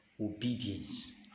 obedience